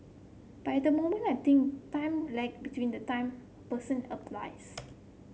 but at the moment I thin time lag between the time person applies